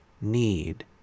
need